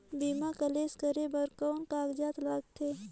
बीमा क्लेम करे बर कौन कागजात लगथे?